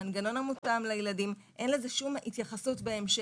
המנגנון המותאם לילדים אין לזה שום התייחסות בהמשך.